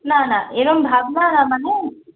না না এরকম ভাবনা না মানে